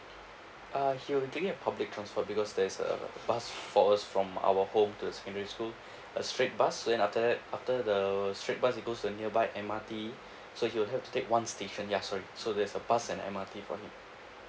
uh he will be taking a public transport because there's a bus for us from our home to the secondary school a straight bus then after that after the straight bus he goes to a nearby and M_R_T so he will have to take one station ya sorry so there's a bus and M_R_T for him